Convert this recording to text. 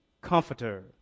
Comforter